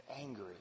angry